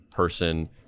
person